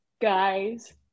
guys